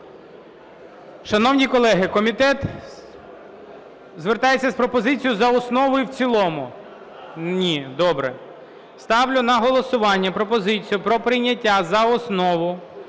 Шановні колеги, комітет звертається з пропозицією за основу і в цілому. Ні. Добре. Ставлю на голосування пропозицію про прийняття за основу